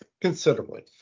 Considerably